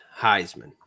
Heisman